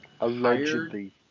allegedly